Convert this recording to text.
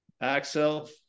axel